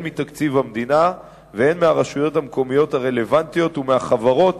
מתקציב המדינה הן מהרשויות המקומיות הרלוונטיות ומהחברות